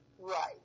right